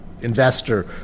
investor